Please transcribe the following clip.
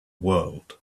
world